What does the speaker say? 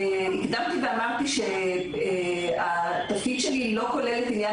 אני הקדמתי ואמרתי שהתפקיד שלי אינו כולל את עניין